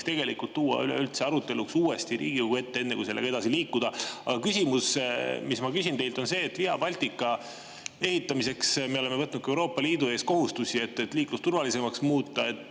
tuleks tuua aruteluks uuesti Riigikogu ette, enne kui sellega edasi liikuda. Aga küsimus, mis ma teilt küsin, on see. Via Baltica ehitamiseks me oleme võtnud Euroopa Liidu ees kohustusi, et liiklus turvalisemaks muuta.